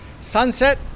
Sunset